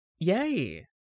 Yay